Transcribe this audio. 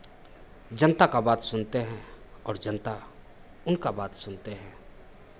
जनता का बात सुनते हैं और जनता उनका बात सुनते हैं